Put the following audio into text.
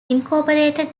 incorporated